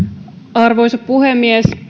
arvoisa puhemies